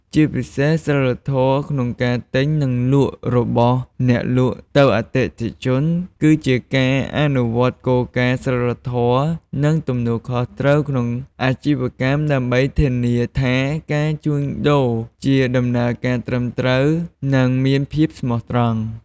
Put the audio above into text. ជាពីសេសសីលធម៌ក្នុងការទិញ និងលក់របស់អ្នកលក់ទៅអតិថិជន គឺជាការអនុវត្តគោលការណ៍សីលធម៌ និងទំនួលខុសត្រូវក្នុងអាជីវកម្ម ដើម្បីធានាថាការជួញដូរជាដំណើរការត្រឹមត្រូវ និងមានភាពស្មោះត្រង់។